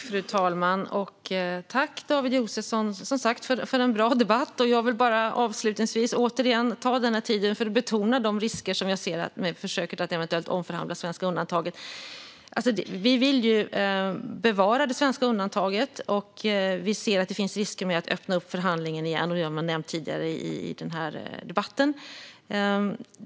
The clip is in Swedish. Fru talman! Tack, David Josefsson, för en bra debatt, som sagt! Jag vill bara avslutningsvis återigen ta min talartid för att betona de risker som jag ser med försöket att eventuellt omförhandla det svenska undantaget. Vi vill bevara det svenska undantaget, och vi ser att det finns risker med att öppna upp förhandlingen igen. Jag har nämnt det tidigare i debatten.